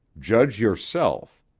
judge yourself.